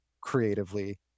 creatively